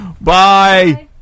Bye